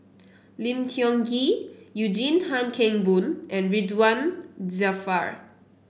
Lim Tiong Ghee Eugene Tan Kheng Boon and Ridzwan Dzafir